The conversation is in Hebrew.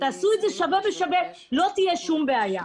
תעשו את זה שווה בשווה ולא תהיה שום בעיה,